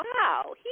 Wow